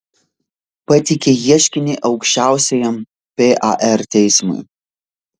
pateikė ieškinį aukščiausiajam par teismui